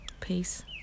peace